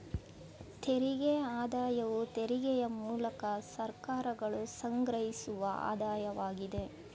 ತೆರಿಗೆ ಆದಾಯವು ತೆರಿಗೆಯ ಮೂಲಕ ಸರ್ಕಾರಗಳು ಸಂಗ್ರಹಿಸುವ ಆದಾಯವಾಗಿದೆ